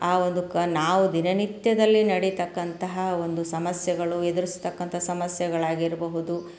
ಆ ಒಂದು ಕ ನಾವು ದಿನನಿತ್ಯದಲ್ಲಿ ನಡಿತಕ್ಕಂತಹ ಒಂದು ಸಮಸ್ಯೆಗಳು ಎದ್ರಿಸ್ತಕ್ಕಂಥ ಸಮಸ್ಯೆಗಳು ಆಗಿರಬಹುದು